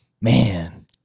Man